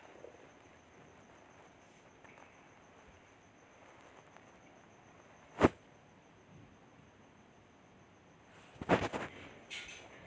मक्का, बाजरा, राई आदि सभी शुष्क भूमी में ही पाए जाते हैं